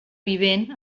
vivent